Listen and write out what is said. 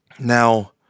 Now